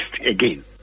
again